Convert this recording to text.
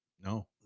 no